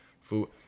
Food